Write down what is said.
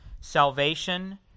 salvation